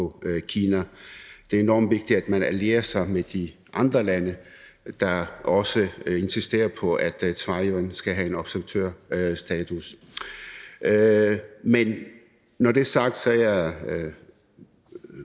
Kina. Det er enormt vigtigt, at man allierer sig med de andre lande, der også insisterer på, at Taiwan skal have observatørstatus. Men når det er sagt, er jeg